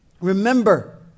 Remember